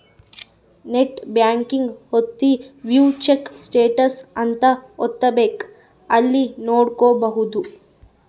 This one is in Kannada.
ನೆಟ್ ಬ್ಯಾಂಕಿಂಗ್ ಹೋಗಿ ವ್ಯೂ ಚೆಕ್ ಸ್ಟೇಟಸ್ ಅಂತ ಒತ್ತಬೆಕ್ ಅಲ್ಲಿ ನೋಡ್ಕೊಬಹುದು